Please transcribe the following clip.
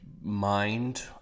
mind